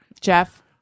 Jeff